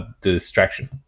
distraction